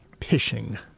pishing